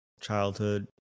childhood